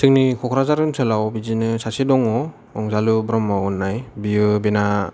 जोंनि क'क्राझार ओनसोलाव बिदिनो सासे दङ अनजालु ब्रह्म होननाय बियो बेना